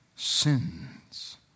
sins